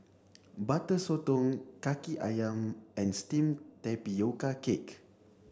Butter Sotong Kaki Ayam and steamed tapioca cake